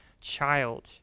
child